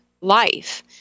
life